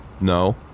No